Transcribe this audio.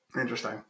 Interesting